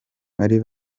muri